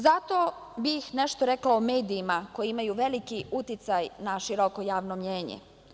Zato bih nešto rekla o medijima, koji imaju veliki uticaj na široko javno mnjenje.